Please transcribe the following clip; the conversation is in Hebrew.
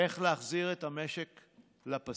איך להחזיר את המשק לפסים.